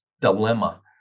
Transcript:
dilemma